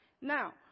Now